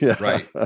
right